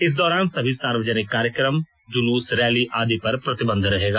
इस दौरान सभी सार्वजनिक कार्यक्रम जुलूस रैली आदि पर प्रतिबंध रहेगा